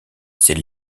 c’est